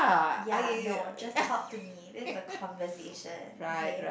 ya no just talk to me this is a conversation okay